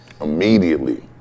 immediately